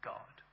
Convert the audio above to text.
God